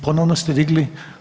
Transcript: Ponovno ste digli?